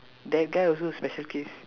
that guy also special case